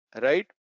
right